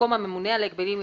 במקום "הממונה על הגבלים עסקיים"